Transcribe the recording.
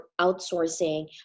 outsourcing